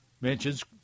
mentions